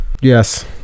Yes